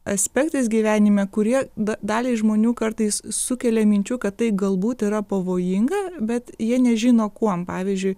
aspektais gyvenime kurie da daliai žmonių kartais sukelia minčių kad tai galbūt yra pavojinga bet jie nežino kuom pavyzdžiui